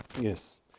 Yes